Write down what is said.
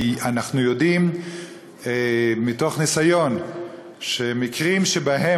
כי אנחנו יודעים מתוך ניסיון על מקרים שבהם